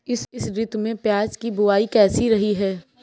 इस ऋतु में प्याज की बुआई कैसी रही है?